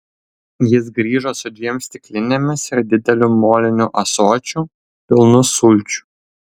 jis grįžo su dviem stiklinėmis ir dideliu moliniu ąsočiu pilnu sulčių